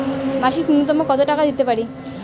মাসিক নূন্যতম কত টাকা দিতে পারি?